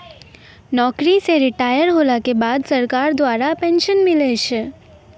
नौकरी से रिटायर होला के बाद सरकार द्वारा पेंशन मिलै छै